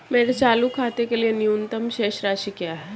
मेरे चालू खाते के लिए न्यूनतम शेष राशि क्या है?